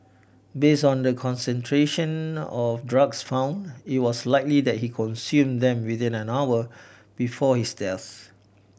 based on the concentration of drugs found it was likely that he consumed them within an hour before his death